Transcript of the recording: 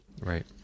Right